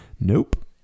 Nope